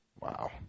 Wow